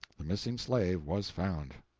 the missing slave was found.